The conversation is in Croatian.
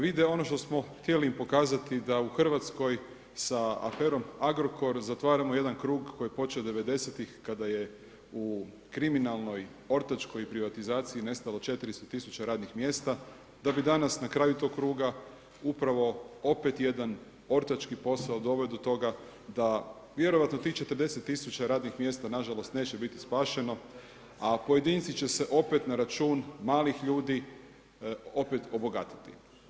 Vide ono što smo htjeli im pokazati da u Hrvatskoj sa aferom Agrokor zatvaramo jedan krug koji je počeo 90-tih kada je u kriminalnoj ortačkoj privatizaciji nestalo 400 tisuća radnih mjesta da bi danas na kraju tog kruga upravo opet jedan ortački posao doveo do toga da vjerojatno tih 40 tisuća radnih mjesta na žalost neće biti spašeno, a pojedinci će se opet na račun malih ljudi opet obogatiti.